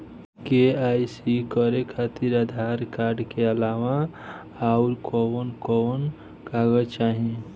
KYC करे खातिर Aadhaar card के अलावा आउरकवन कवन कागज चाहीं?